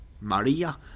Maria